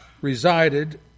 resided